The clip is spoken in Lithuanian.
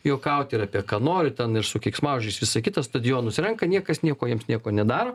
juokauti ir apie ką nori ten ir su keiksmažodžiais visa kita stadionus renka niekas nieko jiems nieko nedaro